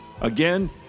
Again